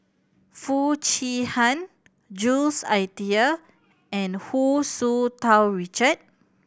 Foo Chee Han Jules Itier and Hu Tsu Tau Richard